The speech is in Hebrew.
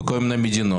מכל מיני מדינות,